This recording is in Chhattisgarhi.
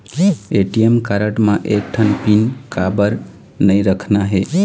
ए.टी.एम कारड म एक ठन पिन काबर नई रखना हे?